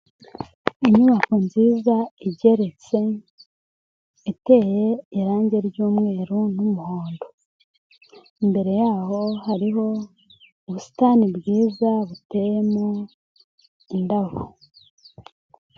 Inyubako nziza igeretse iteye irangi ry'umweru n'umuhondo, imbere yaho hariho ubusitani bwiza buteyemo indabo.